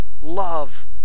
love